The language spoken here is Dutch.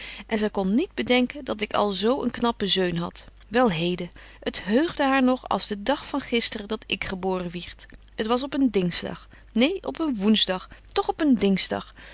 en zy kon niet bedenken dat ik al zo een knappe zeun betje wolff en aagje deken historie van mejuffrouw sara burgerhart hadt wel heden het heugde haar nog als den dag van gisteren dat ik geboren wierd t was op een dingsdag neen op een woensdag toch op een dingsdag